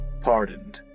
pardoned